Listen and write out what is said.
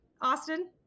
Austin